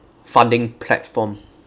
funding platform